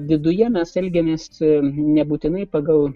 viduje mes elgiamės nebūtinai pagal